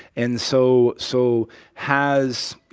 and so so has,